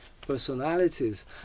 personalities